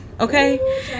Okay